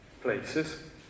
places